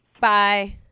Bye